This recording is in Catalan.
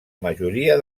majoria